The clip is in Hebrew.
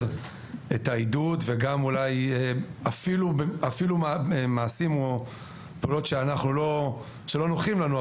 את העידוד וגם אולי אפילו מעשים או פעולות שלא נוחים לנו,